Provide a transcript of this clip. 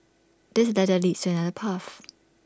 this ladder leads to another path